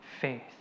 faith